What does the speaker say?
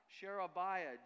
Sherebiah